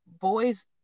boys